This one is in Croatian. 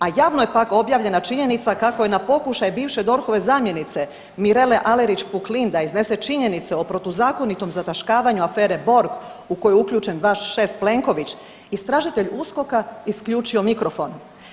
A javno je pak objavljena činjenica kako je na pokušaj bivše DORH-ove zamjenice Mirele Alerić Puklin da iznese činjenice o protuzakonitom zataškavanju afere Borg u koju je uključen vaš šef Plenković istražitelj USKOK-a isključio mikrofon.